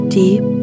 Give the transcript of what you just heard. deep